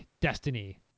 destiny